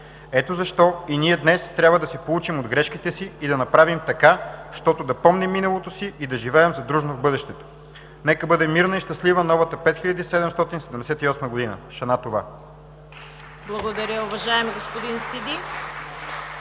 Ето защо и ние днес трябва да се поучим от грешките си и да направим така, щото да помним миналото си и да живеем задружно в бъдещето. Нека бъде мирна и щастлива Новата 5778 г.! Шана Това! (Ръкопляскания.)